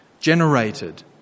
Generated